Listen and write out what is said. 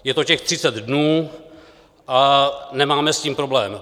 Je to těch 30 dnů a nemáme s tím problém.